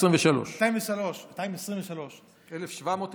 223, ב-1799.